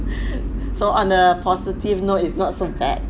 so on a positive note it's not so bad